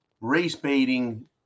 race-baiting